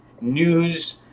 news